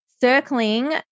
circling